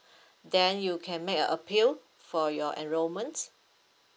then you can make a appeal for your enrollments